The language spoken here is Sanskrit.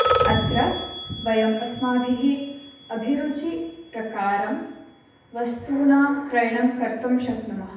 अत्र वयं अस्माभिः अभिरुचिप्रकारं वस्तूनां क्रयणं कर्तुं शक्नुमः